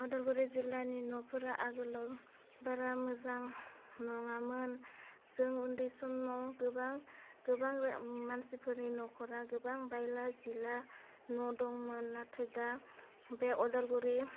उदालगुरि जिल्लानि न'फोरा आगोलाव बारा मोजां नङामोन जों उन्दै समाव गोबां गोबां मानसिफोरनि नखरा गोबां बायला जिला न' दंमोन नाथाय दा बे उदालगुरि